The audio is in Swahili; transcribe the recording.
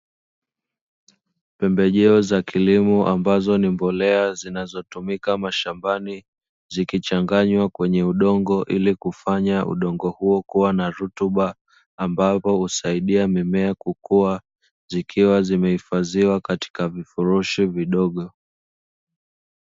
Pembejeo za kilimo ambazo ni mbolea zinazotumika mashambani, zikichanganywa kwenye udongo ili kufanya udongo huo kuwa na rutuba, ambapo husaidia mimea kukua zikiwa zimehifadhiwa katika vifurushi vidogo.